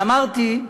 ואמרתי: